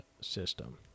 system